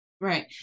Right